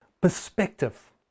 Perspective